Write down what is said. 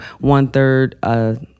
one-third